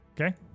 Okay